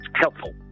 helpful